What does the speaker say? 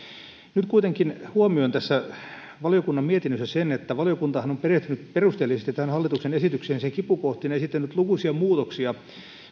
nyt kuitenkin huomioin tässä valiokunnan mietinnössä sen että valiokuntahan on perehtynyt perusteellisesti tähän hallituksen esitykseen sen kipukohtiin ja esittänyt lukuisia muutoksia